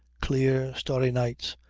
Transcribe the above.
clear, starry nights,